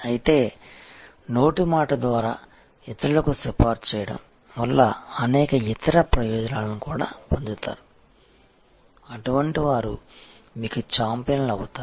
అయితే నోటి మాట ద్వారా ఇతరులకు సిఫార్సు చేయడం వలన అనేక ఇతర ప్రయోజనాలను కూడా పొందుతారు అటువంటి వారు మీకు ఛాంపియన్ లు అవుతారు